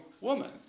woman